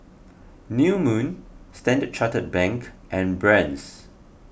New Moon Standard Chartered Bank and Brand's